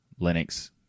Linux